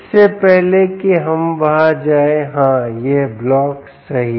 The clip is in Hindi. इससे पहले कि हम वहाँ जाएँ हाँ यह ब्लॉक सही